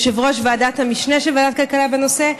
יושב-ראש ועדת המשנה של ועדת הכלכלה בנושא.